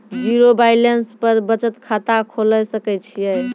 Zero balance पर बचत खाता खोले सकय छियै?